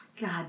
God